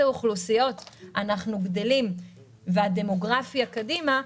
אוכלוסיות אנחנו גדלים והדמוגרפיה קדימה,